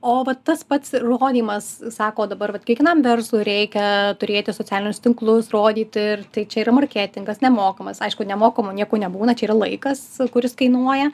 o va tas pats rodymas sako dabar vat kiekvienam verslui reikia turėti socialinius tinklus rodyti ir tai čia yra marketingas nemokamas aišku nemokamo nieko nebūna čia yra laikas kuris kainuoja